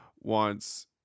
wants